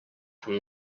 from